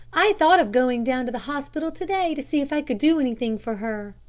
i thought of going down to the hospital to-day to see if i could do anything for her.